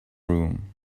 room